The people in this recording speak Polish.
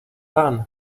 pan